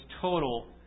total